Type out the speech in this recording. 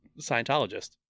Scientologist